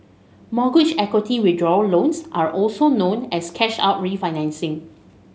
mortgage equity withdrawal loans are also known as cash out refinancing